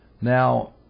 Now